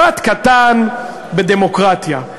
פרט קטן בדמוקרטיה.